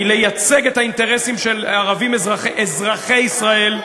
היא לייצג את האינטרסים של הערבים אזרחי ישראל,